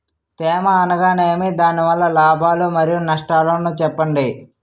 తేమ అనగానేమి? దాని వల్ల లాభాలు మరియు నష్టాలను చెప్పండి?